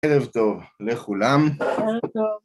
ערב טוב לכולם. ערב טוב.